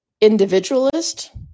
individualist